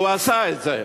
והוא עשה את זה,